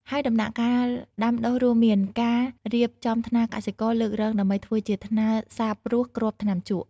ហើយដំណាក់កាលដាំដុះរួមមាន ការរៀបចំថ្នាលកសិករលើករងដើម្បីធ្វើជាថ្នាលសាបព្រោះគ្រាប់ថ្នាំជក់។